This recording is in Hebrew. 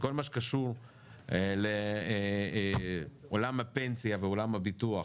וכל מה שקשור לעולם הפנסיה ועולם הביטוח,